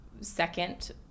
second